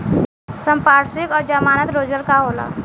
संपार्श्विक और जमानत रोजगार का होला?